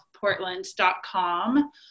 portland.com